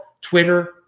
Twitter